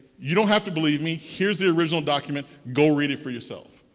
you don't have to believe me. here's the original document. go read it for yourself.